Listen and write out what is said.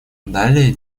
далее